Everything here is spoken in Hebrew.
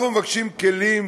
אנחנו מבקשים כלים,